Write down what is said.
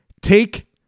take